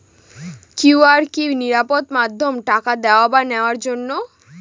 QR কি নিরাপদ মাধ্যম টাকা দেওয়া বা নেওয়ার জন্য?